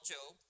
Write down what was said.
Job